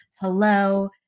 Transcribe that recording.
hello